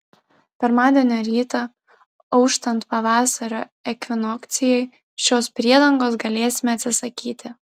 pirmadienio rytą auštant pavasario ekvinokcijai šios priedangos galėsime atsisakyti